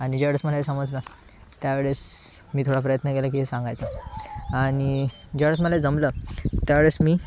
आणि ज्यावेळेस मला हे समजलं त्यावेळेस मी थोडा प्रयत्न केला की हे सांगायचं आणि ज्यावेळेस मला जमलं त्यावेळेस मी